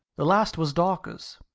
the last was dawker's.